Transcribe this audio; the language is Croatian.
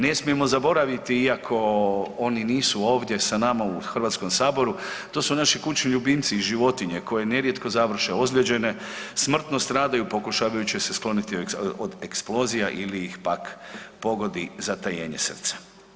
Ne smijemo zaboraviti, iako oni nisu ovdje sa nama u Hrvatskom saboru, to su naši kućni ljubimci i životinje koje nerijetko završe ozlijeđene, smrtno stradaju pokušavajući se skloniti od eksplozija ili ih pak pogodi zatajenje srca.